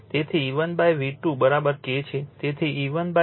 તેથી E1 V2 K છે તેથી E1 K V2 છે